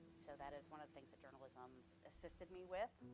so that is one of the things that journalism assisted me with,